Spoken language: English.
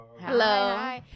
Hello